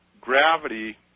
gravity